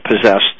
possessed